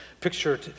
picture